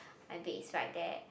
my bed is right there